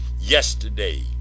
yesterday